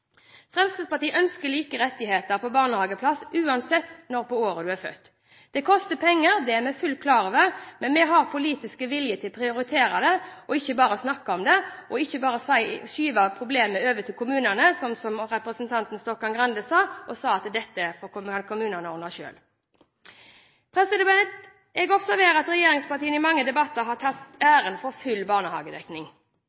Fremskrittspartiet ønsker like rettigheter for barnehageplass uansett når på året barnet er født. Det koster penger, det er vi fullt klar over, men vi har politisk vilje til å prioritere det, og ikke bare snakke om det, ikke bare skyve problemet over til kommunene, og som representanten Stokkan-Grande sa det, at dette får kommunene ordne selv. Jeg observerer at regjeringspartiene i mange debatter har tatt